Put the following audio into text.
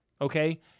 okay